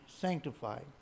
sanctified